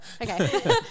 Okay